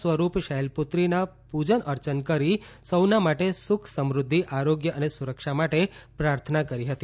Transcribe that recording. સ્વરૂપ શૈલપુત્રીનાં પૂજન અર્ચન કરી સૌના માટે સુખ સમુઘ્ઘિ આરોગ્ય અને સુરક્ષા માટે પ્રાર્થના કરી હતી